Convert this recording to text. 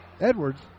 Edwards